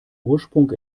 ursprung